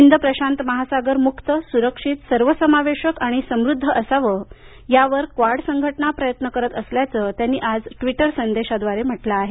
हिंद प्रशांत महासागर मुक्त सुरक्षित सर्वसमावेशक आणि समृद्ध असावं यावर क्वाड संघटना प्रयत्न करत असल्याचं त्यांनी आज ट्विटर संदेशात म्हटलं आहे